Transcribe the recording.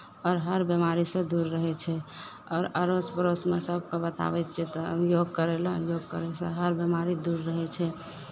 आओर हर बेमारीसँ दूर रहै छै आओर अड़ोस पड़ोसमे सभकेँ बताबै छियै तऽ योग करय लेल योग करयसँ हर बेमारी दूर रहै छै